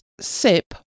sip